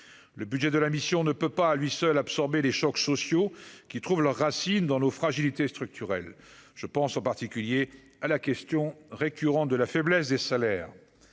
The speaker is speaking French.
le budget de la mission ne peut pas, à lui seul absorber les chocs sociaux qui trouvent leurs racines dans nos fragilités structurelles je pense en particulier à la question récurrente de la faiblesse des salaires,